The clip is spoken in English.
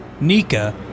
Nika